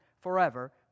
forever